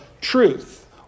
truth